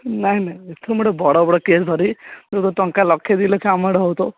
ନାଇଁ ନାଇଁ ଏଥର ମୁଁ ଗୋଟେ ବଡ଼ବଡ଼ କେସ୍ ଧରିବି ଟଙ୍କା ଲକ୍ଷେ ଦୁଇ ଲକ୍ଷ ଆମାଉଣ୍ଟ ହେଉଥିବ